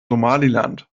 somaliland